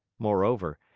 moreover,